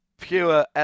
pure